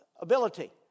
ability